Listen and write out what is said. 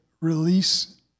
release